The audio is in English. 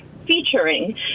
featuring